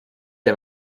der